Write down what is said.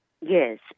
Yes